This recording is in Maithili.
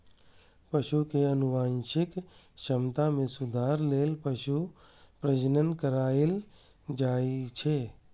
पशु के आनुवंशिक क्षमता मे सुधार लेल पशु प्रजनन कराएल जाइ छै